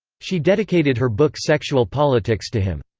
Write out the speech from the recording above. she dedicated her book sexual politics to him.